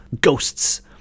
Ghosts